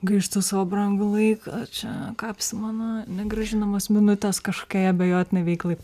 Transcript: gaištu savo brangų laiką čia kapsi mano negrąžinamos minutės kažkokiai abejotinai veiklai